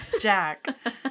Jack